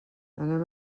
anem